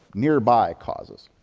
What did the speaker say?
nearby causes.